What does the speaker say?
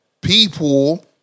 people